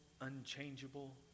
unchangeable